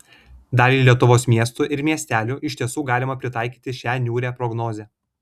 daliai lietuvos miestų ir miestelių iš tiesų galima pritaikyti šią niūrią prognozę